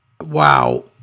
wow